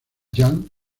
jan